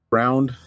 round